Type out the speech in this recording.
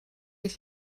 ich